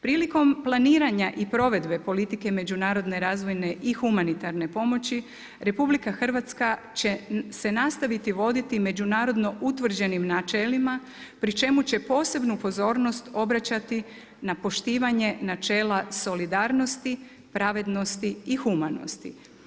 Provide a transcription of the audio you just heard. Prilikom planiranja i provedbe politike međunarodne, razvojne i humanitarne pomoći RH će se nastaviti voditi međunarodno utvrđenim načelima pri čemu će posebnu pozornost obraćati na poštivanje načela solidarnosti, pravednosti i humanosti.